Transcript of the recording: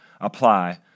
apply